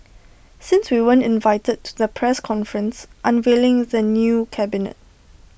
since we weren't invited to the press conference unveiling the new cabinet